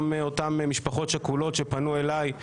גם אותן משפחות שכולות שפנו אליי,